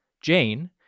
Jane